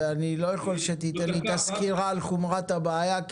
ואני לא יכול שתיתן לי את הסקירה על חומרת הבעיה,